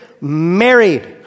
married